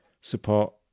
support